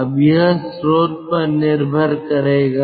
अब यह स्रोत पर निर्भर करेगा